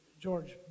George